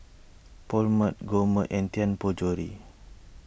Poulet Gourmet and Tianpo Jewellery